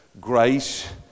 grace